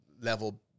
level